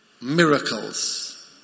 miracles